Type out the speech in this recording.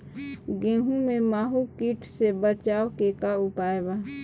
गेहूँ में माहुं किट से बचाव के का उपाय बा?